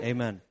Amen